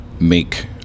make